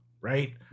right